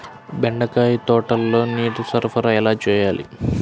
బెండకాయ తోటలో నీటి సరఫరా ఎలా చేయాలి?